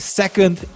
second